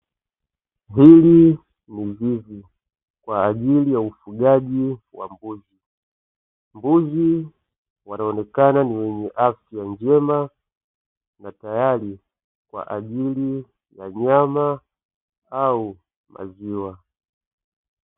Hili ni zizi kwa ajili ya ufugaji wa mbuzi, mbuzi wanaonekana ni wenye afya njema na tayari kwa ajili ya nyama au maziwa.